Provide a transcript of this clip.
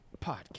Podcast